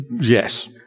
Yes